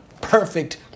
perfect